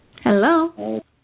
Hello